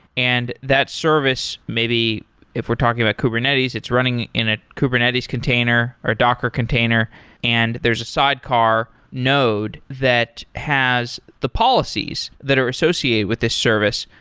and that service, maybe fi we're talking about kubernetes, it's running in a kubernetes container or a docker container and there's a sidecar node that has the policies that are associated with this service.